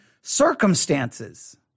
circumstances